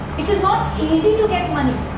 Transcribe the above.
it is not easy to get money.